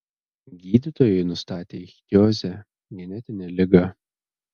gydytojai nustatė ichtiozę genetinę ligą